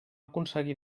aconseguir